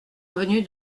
avenue